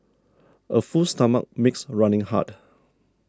a full stomach makes running hard